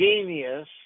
genius